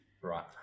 Right